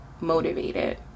motivated